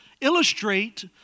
illustrate